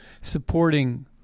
supporting